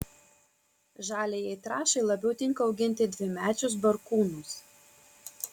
žaliajai trąšai labiau tinka auginti dvimečius barkūnus